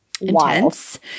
intense